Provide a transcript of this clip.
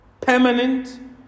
permanent